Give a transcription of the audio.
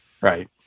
Right